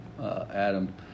Adam